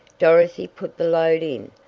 dorothy put the load in,